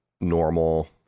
normal